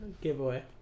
giveaway